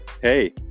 Hey